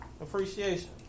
Appreciation